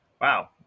Wow